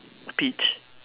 peach